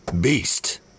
beast